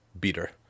beater